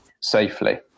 safely